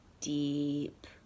deep